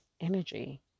energy